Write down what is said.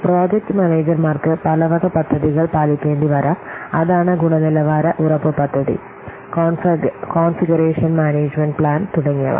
project മാനേജർമാർക്ക് പലവക പദ്ധതികൾ പാലിക്കേണ്ടിവരാം അതാണ് ഗുണനിലവാര ഉറപ്പ് പദ്ധതി കോൺഫിഗറേഷൻ മാനേജുമെന്റ് പ്ലാൻ തുടങ്ങിയവ